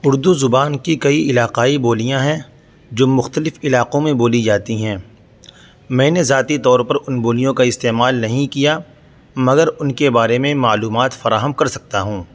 اردو زبان کی کئی علاقائی بولیاں ہیں جو مخلتف علاقوں میں بولی جاتی ہیں میں نے ذاتی طور پر ان بولیوں کا استعمال نہیں کیا مگر ان کے بارے میں معلومات فراہم کر سکتا ہوں